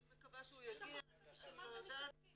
אני מקווה שהוא יגיע, אני לא יודעת.